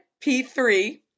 P3